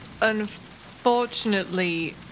Unfortunately